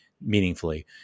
meaningfully